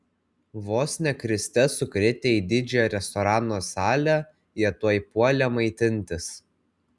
vos ne kriste sukritę į didžiąją restorano salę jie tuoj puolė maitintis